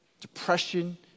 depression